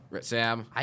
Sam